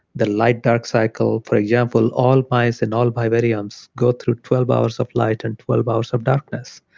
the light dark cycle. for example, all mice and all vivariums go through twelve hours of light and twelve hours of darkness.